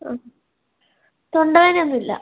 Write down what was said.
തൊണ്ട വേദനയൊന്നുമില്ല